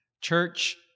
Church